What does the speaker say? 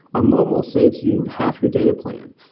ah mobile saves you half your data plan.